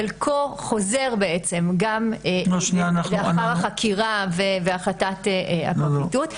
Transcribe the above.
חלקו חוזר גם לאחר החקירה והחלטת הפרקליטות,